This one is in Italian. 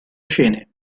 scene